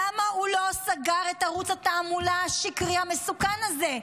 למה הוא לא סגר את ערוץ התעמולה השקרי המסוכן הזה?